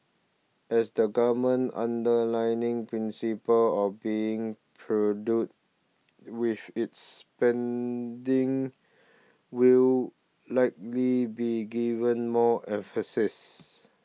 as the Government's underlying principle of being prudent with its spending will likely be given more emphasis